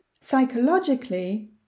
psychologically